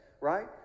right